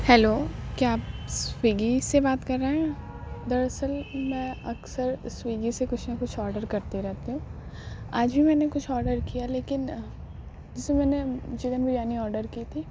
hello کیا آپ Swiggy سے بات کر رہے ہیں دراصل میں اکثر سوئگی سے کچھ نہ کچھ آڈر کرتی رہتی ہوں آج بھی میں نے کچھ آڈر کیا لیکن جیسے میں نے چکن بریانی آڈر کی تھی